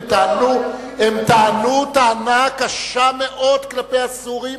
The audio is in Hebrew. הם טענו טענה קשה מאוד כלפי הסורים,